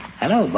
hello